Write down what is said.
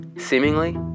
seemingly